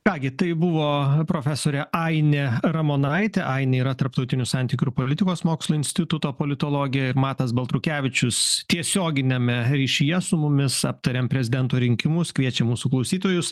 ką gi tai buvo profesorė ainė ramonaitė ainė yra tarptautinių santykių ir politikos mokslų instituto politologė ir matas baltrukevičius tiesioginiame ryšyje su mumis aptarėm prezidento rinkimus kviečiam mūsų klausytojus